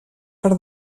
per